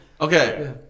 Okay